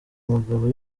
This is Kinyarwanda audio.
umugabo